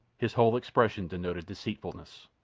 his whole expression denoted deceitfulness.